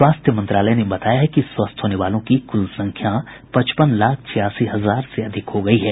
स्वास्थ्य मंत्रालय ने बताया है कि स्वस्थ होने वालों की कुल संख्या पचपन लाख छियासी हजार से अधिक हो गई है